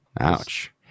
Ouch